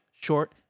short